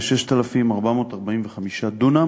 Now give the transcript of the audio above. כ-6,445 דונם